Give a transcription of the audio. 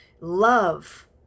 love